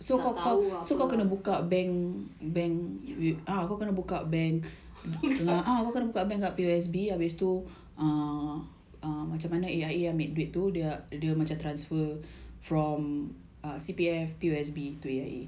tak tahu ah apa